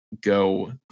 go